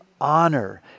honor